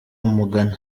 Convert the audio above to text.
umugani